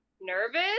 nervous